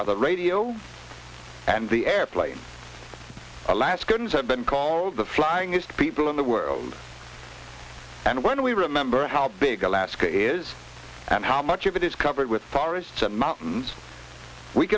are the radio and the airplane alaskans have been called the flying is the people in the world and when we remember how big alaska is and how much of it is covered with forests and mountains we